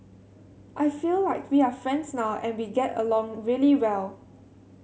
I feel like we are friends now and we get along really well